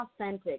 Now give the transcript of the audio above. authentic